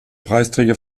preisträger